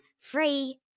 free